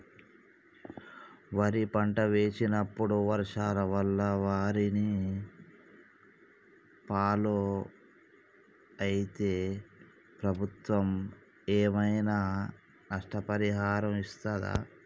వరి పంట వేసినప్పుడు వర్షాల వల్ల వారిని ఫాలో అయితే ప్రభుత్వం ఏమైనా నష్టపరిహారం ఇస్తదా?